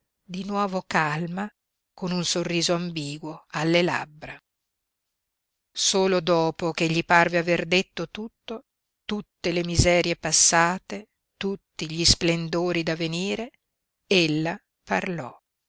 di nuovo calma con un sorriso ambiguo alle labbra solo dopo ch'egli parve aver detto tutto tutte le miserie passate tutti gli splendori da venire ella parlò